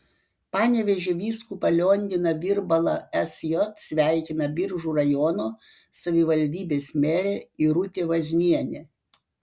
panevėžio vyskupą lionginą virbalą sj sveikina biržų rajono savivaldybės merė irutė vaznienė